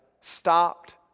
stopped